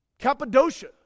Cappadocia